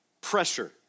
pressure